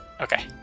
Okay